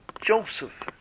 Joseph